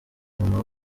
mama